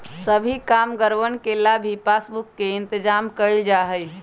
सभी कामगारवन ला भी पासबुक के इन्तेजाम कइल जा हई